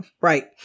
Right